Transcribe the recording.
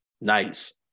Nice